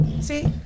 see